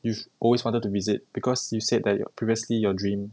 you've always wanted to visit because you said that your previously your dream